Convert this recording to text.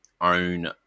own